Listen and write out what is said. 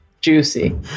Juicy